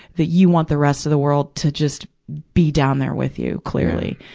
that you want the rest of the world to just be down there with you, clearly.